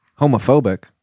homophobic